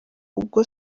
ubwo